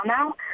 now